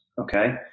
Okay